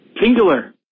singular